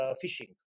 fishing